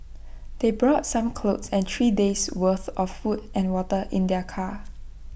they brought some clothes and three days' worth of food and water in their car